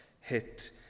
hit